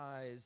eyes